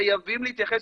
חייבים להתייחס,